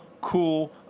cool